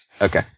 Okay